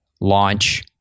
launch